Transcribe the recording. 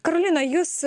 karolina jus